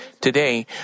Today